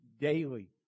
daily